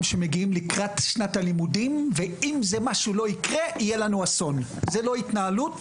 מגיעים לקראת שנת הלימודים ומאיימים - זו לא התנהלות,